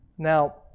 Now